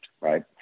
right